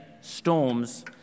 storms